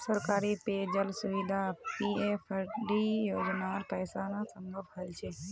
सरकारी पेय जल सुविधा पीएफडीपी योजनार पैसा स संभव हल छ